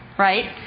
right